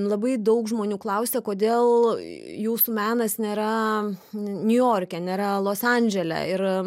labai daug žmonių klausia kodėl jūsų menas nėra niujorke nėra los andžele ir